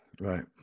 Right